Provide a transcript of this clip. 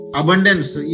abundance